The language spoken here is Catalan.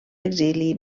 exili